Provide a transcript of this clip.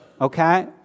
Okay